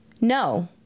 No